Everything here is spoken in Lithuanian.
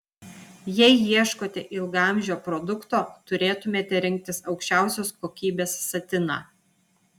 jei ieškote ilgaamžio produkto turėtumėte rinktis aukščiausios kokybės satiną